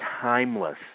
timeless